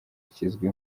kizwi